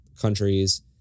countries